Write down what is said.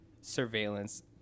surveillance